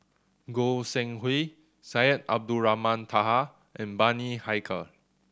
Goi Seng Hui Syed Abdulrahman Taha and Bani Haykal